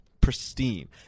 pristine